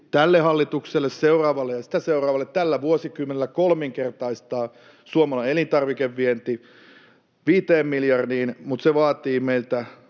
tälle hallitukselle, seuraavalle ja sitä seuraavalle: tällä vuosikymmenellä kolminkertaistaa suomalainen elintarvikevienti viiteen miljardiin. Mutta se vaatii meiltä